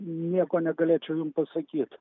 nieko negalėčiau jum pasakyt